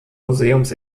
museums